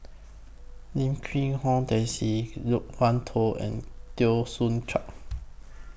Lim Quee Hong Daisy Loke Wan Tho and Teo Soon Chuan